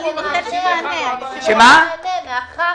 מאחר